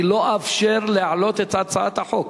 אני לא אאפשר להעלות את הצעת החוק.